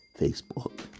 Facebook